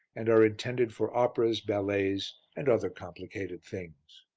and are intended for operas, ballets and other complicated things.